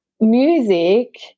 Music